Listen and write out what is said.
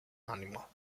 animal